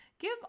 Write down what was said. Give